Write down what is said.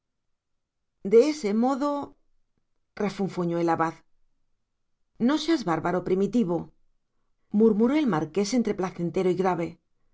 de ese modo refunfuñó el abad no seas bárbaro primitivo murmuró el marqués entre placentero y grave